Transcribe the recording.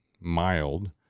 mild